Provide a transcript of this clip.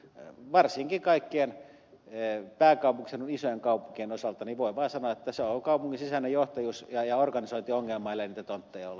varsinkin kaikkien pääkaupunkiseudun isojen kaupunkien osalta voin vain sanoa että se on kaupungin sisäinen johtajuus ja organisointiongelma ellei niitä tontteja ole